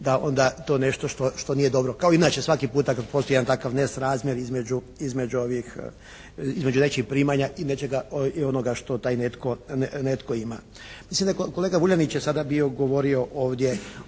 da onda to nešto što nije dobro. Kao inače i svaki puta kada postoji jedan takav nesrazmjer između ovih, između nečijih primanja i nečega, i onoga što taj netko ima. Kolega Vuljanić je sada bio govorio ovdje